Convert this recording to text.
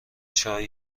چای